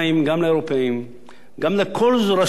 גם לכל ראשי זרועות מערכת הביטחון.